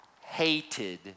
hated